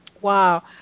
Wow